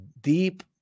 deep